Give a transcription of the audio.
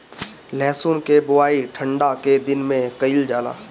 लहसुन के बोआई ठंढा के दिन में कइल जाला